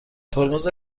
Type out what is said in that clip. ترمز